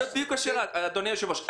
זאת בדיוק השאלה, אדוני היושב-ראש.